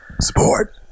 support